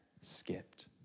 skipped